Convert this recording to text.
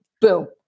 boom